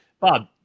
Bob